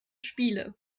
spiele